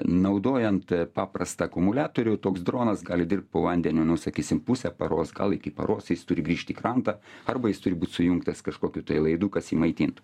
naudojant paprastą akumuliatorių toks dronas gali dirbt po vandeniu nu sakysim pusę paros gal iki paros jis turi grįžt į krantą arba jis turi būti sujungtas kažkokiu tai laidu kas jį maitintų